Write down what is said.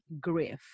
grief